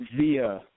via